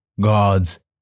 God's